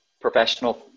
professional